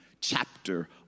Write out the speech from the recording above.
chapter